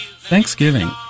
Thanksgiving